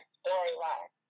storyline